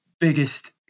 biggest